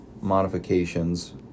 modifications